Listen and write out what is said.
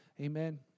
Amen